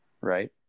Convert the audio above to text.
Right